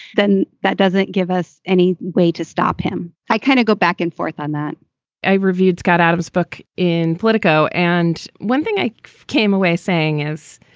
then that doesn't give us any way to stop him. i kind of go back and forth on that i reviewed scott adams book in politico. and one thing i came away saying is,